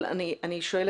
אבל אני שואלת,